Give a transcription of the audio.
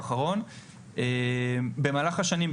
במהלך השנים,